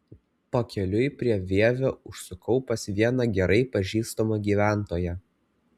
pakeliui prie vievio užsukau pas vieną gerai pažįstamą gyventoją